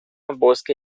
bosque